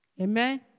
Amen